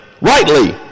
Rightly